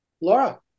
Laura